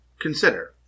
Consider